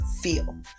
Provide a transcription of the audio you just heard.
feel